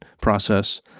process